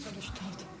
הבת אומרת: זאת לא אני,